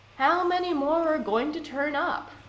how many more are going to turn up?